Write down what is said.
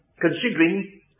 considering